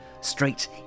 straight